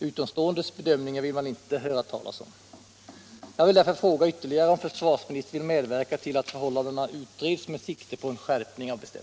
Utomståendes bedömningar vill man inte höra talas om.